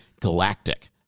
galactic